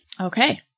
Okay